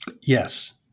Yes